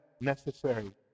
necessary